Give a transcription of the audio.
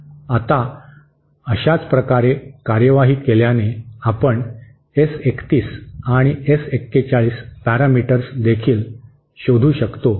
आता अशाचप्रकारे कार्यवाही केल्याने आपण एस 31 आणि एस 41 पॅरामीटर्स देखील शोधू शकतो